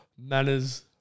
Manners